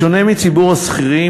בשונה מציבור השכירים,